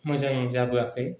मोजां जाबोआखै